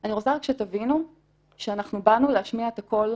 אני רוצה רק שתבינו שאנחנו באנו להשמיע את הקול,